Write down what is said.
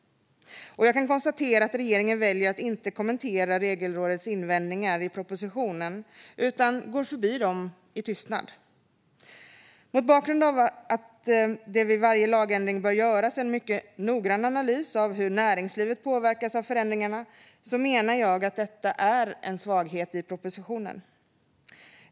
Jag kan konstatera att regeringen väljer att inte kommentera Regelrådets invändningar i propositionen utan går förbi dem i tystnad. Mot bakgrund av att det vid varje lagändring bör göras en mycket noggrann analys av hur näringslivet påverkas av förändringarna menar jag att detta är en svaghet i propositionen.